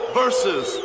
versus